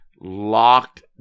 Locked